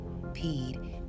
peed